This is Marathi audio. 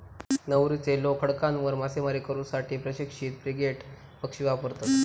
नौरूचे लोक खडकांवर मासेमारी करू साठी प्रशिक्षित फ्रिगेट पक्षी वापरतत